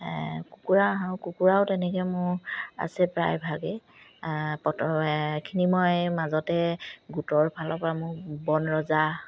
কুকুৰা কুকুৰাও তেনেকে মোৰ আছে প্ৰায়ভাগেই খিনি মই মাজতে গোটৰ ফালৰ পৰা মোৰ বন ৰজা